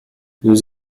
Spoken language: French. nous